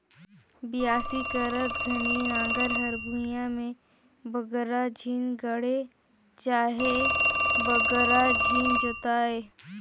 बियासी करत घनी नांगर हर भुईया मे बगरा झिन गड़े चहे बगरा झिन जोताए